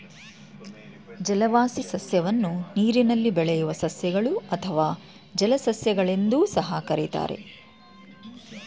ಜಲವಾಸಿ ಸಸ್ಯವನ್ನು ನೀರಿನಲ್ಲಿ ಬೆಳೆಯುವ ಸಸ್ಯಗಳು ಅಥವಾ ಜಲಸಸ್ಯ ಗಳೆಂದೂ ಸಹ ಕರಿತಾರೆ